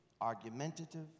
argumentative